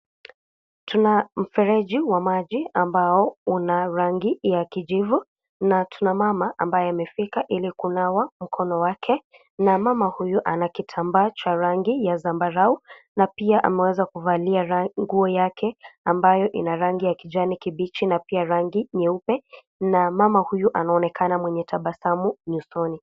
Tuna mfereji wa maji ambao una rangi ya kijivu na tuna mama ambaye amefika ili kunawa mkono wake na mama huyu ana kitambaa cha rangi ya zambarau na pia ameweza kuvalia rangi nguo yake ambayo ina rangi ya kijani kibichi na pia rangi nyeupe na mama huyu anaonekana mwenye tabasamu nyusoni.